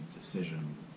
decision